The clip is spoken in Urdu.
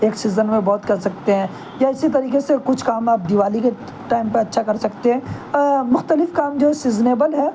ایک سیزن میں بہت کر سکتے ہیں یا اسی طریقے سے کچھ کام آپ دیوالی کے ٹائم پر اچھا کر سکتے ہیں مختلف کام جو ہیں سیزنیبل ہیں